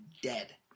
dead